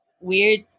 weird